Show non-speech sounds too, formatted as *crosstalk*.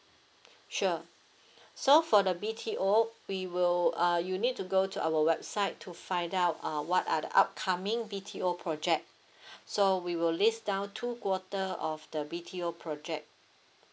sure so for the B_T_O we will err you need to go to our website to find out uh what are the upcoming B_T_O project *breath* so we will list down two quarter of the B_T_O project